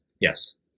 Yes